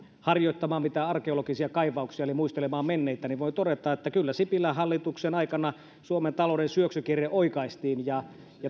harjoittamaan mitään arkeologisia kaivauksia eli muistelemaan menneitä niin voi todeta että kyllä sipilän hallituksen aikana suomen talouden syöksykierre oikaistiin ja